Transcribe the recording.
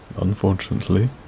Unfortunately